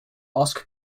ask